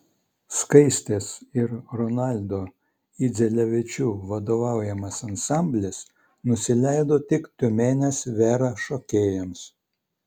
skaistės ir romaldo idzelevičių vadovaujamas ansamblis nusileido tik tiumenės vera šokėjams